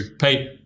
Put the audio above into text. Pete